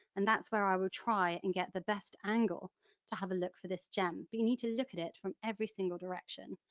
and that's where i will try and get the best angle to have a look for this gem, but you we to look at it from every single direction,